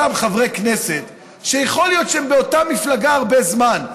אותם חברי כנסת שיכול להיות שהם באותה מפלגה הרבה זמן,